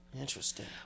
Interesting